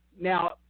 now